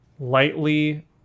lightly